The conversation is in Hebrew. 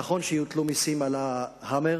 נכון שיוטלו מסים על ה"האמר",